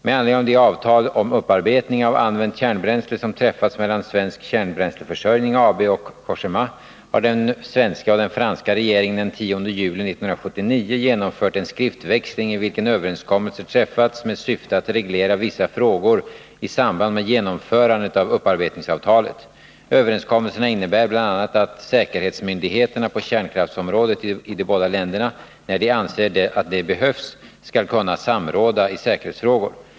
Med anledning av de avtal om upparbetning av använt kärnbränsle som träffats mellan Svensk Kärnbränsleförsörjning AB och Cogéma har den svenska och den franska regeringen den 10 juli 1979 genomfört en skriftväxling i vilken överenskommelser träffats med syfte att reglera vissa frågor i samband med genomförandet av upparbetningsavtalet. Överenskommelserna innebär bl.a. att säkerhetsmyndigheterna på kärnkraftsområdet i de båda länderna, när de anser att det behövs, skall kunna samråda i säkerhetsfrågor.